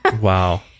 Wow